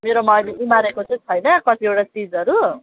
मेरोमा अहिले उमारेको चाहिँ छैन कतिवटा चिजहरू